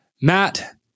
Matt